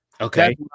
Okay